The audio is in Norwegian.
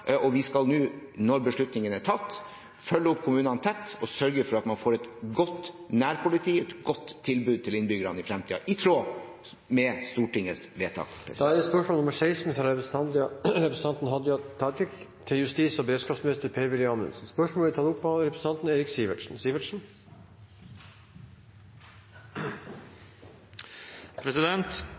skal nå, når beslutningen er tatt, følge opp kommunene tett og sørge for at man får et godt nærpoliti og et godt tilbud til innbyggerne i fremtiden, i tråd med Stortingets vedtak. Dette spørsmålet, fra representanten Hadia Tajik til justis- og beredskapsministeren, vil bli tatt opp av representanten Eirik Sivertsen.